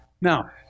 Now